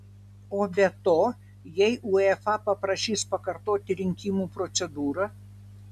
o be to jei uefa paprašys pakartoti rinkimų procedūrą